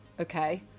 okay